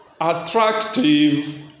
attractive